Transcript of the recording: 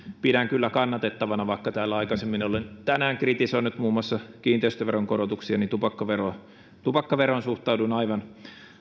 pidän kyllä kannatettavana vaikka täällä aikaisemmin olen tänään kritisoinut muun muassa kiinteistöveron korotuksia niin tupakkaveroon suhtaudun aivan